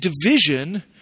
division